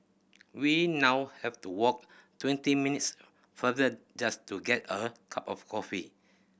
we now have to walk twenty minutes farther just to get a cup of coffee